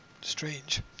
strange